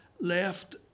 left